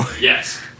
Yes